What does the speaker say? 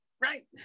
right